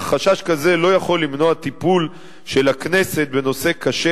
אך חשש כזה לא יכול למנוע טיפול של הכנסת בנושא קשה